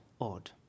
odd